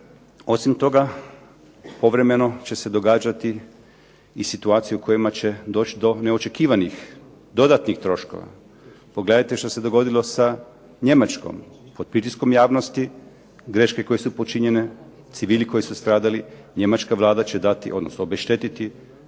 Osim toga povremeno će se događati i situacije u kojima će doći do neočekivanih dodatnih troškova. Pogledajte što se dogodilo sa Njemačkom. Pod pritiskom javnosti greške koje su počinjene, civili koji su stradali, njemačka Vlada će dati, odnosno obeštetiti,